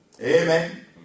Amen